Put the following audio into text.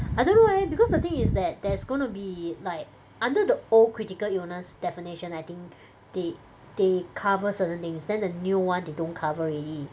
I don't know leh because the thing is that there's gonna be like under the old critical illness definition I think they they cover certain things then the new one they don't cover already